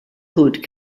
hood